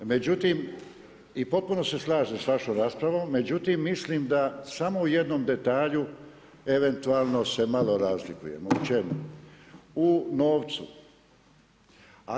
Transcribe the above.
Međutim i potpuno se slažem s vašom raspravom, međutim mislim da samo u jednom detalju eventualno se malo razlikujemo općenito, u novcu.